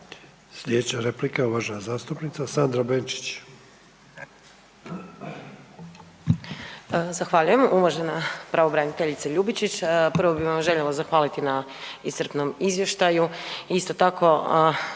Slijedeća replika, uvažena zastupnica Sandra Benčić. **Benčić, Sandra (Možemo!)** Zahvaljujem. Uvažena pravobraniteljice Ljubičić, prvo bi vam željela zahvaliti na iscrpnom izvještaju i isto tako